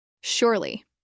Surely